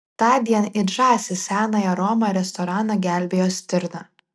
tądien it žąsys senąją romą restoraną gelbėjo stirna